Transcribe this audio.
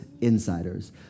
insiders